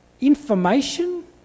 information